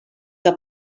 que